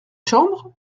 chambre